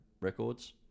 records